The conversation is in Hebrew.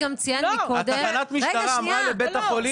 תודה שהגעת מרחוק.